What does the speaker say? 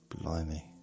Blimey